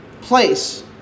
place